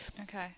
Okay